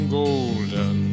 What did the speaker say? golden